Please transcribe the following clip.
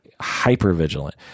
hyper-vigilant